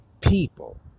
people